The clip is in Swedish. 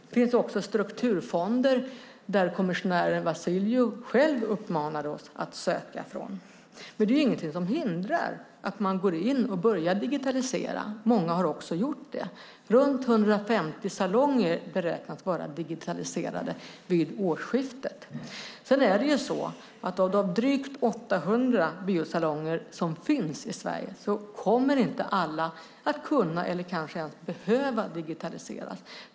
Det finns även strukturfonder som kommissionär Vassiliou själv uppmanade oss att söka från. Det är ingenting som hindrar att man går in och börjar digitalisera. Många har också gjort det; runt 150 salonger beräknas vara digitaliserade vid årsskiftet. Sedan är det så att inte alla av de drygt 800 biosalonger som finns i Sverige kommer att kunna eller kanske ens behöva digitaliseras.